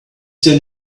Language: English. there